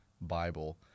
Bible